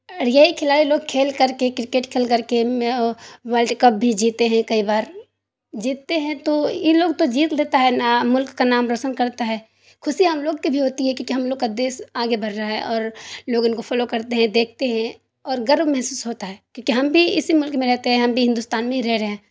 اور یہی کھلاڑی لوگ کھیل کر کے کرکٹ کھیل کر کے ورلڈ کپ بھی جیتے ہیں کئی بار جیتتے ہیں تو یہ لوگ تو جیت لیتا ہے ملک کا نام روشن کرتا ہے خوشی ہم لوگ کے بھی ہوتی ہے کیوںکہ ہم لوگ کا دیش آگے بڑھ رہا ہے اور لوگ ان کو فالو کرتے ہیں دیکھتے ہیں اور گرو محسوس ہوتا ہے کیوںکہ ہم بھی اسی ملک میں رہتے ہیں ہم بھی ہندوستان میں بھی رہ رہے ہیں